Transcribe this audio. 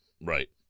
right